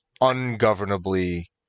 ungovernably